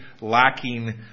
lacking